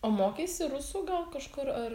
o mokeisi rusų gal kažkur ar